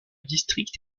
district